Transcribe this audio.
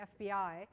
FBI